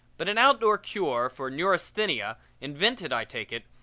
but an outdoor cure for neurasthenia invented, i take it,